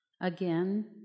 Again